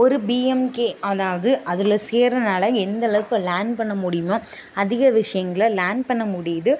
ஒரு பிஎம்கே அதவாது அதில் சேருகிறனால எந்த அளவுக்கு லேர்ன் பண்ண முடியுமோ அதிக விஷயங்கள லேர்ன் பண்ண முடியுது